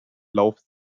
lauf